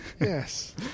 yes